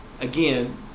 again